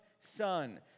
son